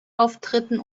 auftritten